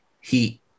heat